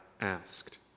asked